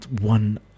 one